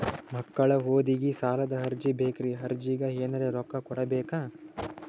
ಮಕ್ಕಳ ಓದಿಗಿ ಸಾಲದ ಅರ್ಜಿ ಬೇಕ್ರಿ ಅರ್ಜಿಗ ಎನರೆ ರೊಕ್ಕ ಕೊಡಬೇಕಾ?